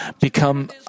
become